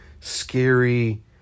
scary